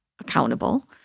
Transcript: accountable